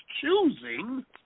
choosing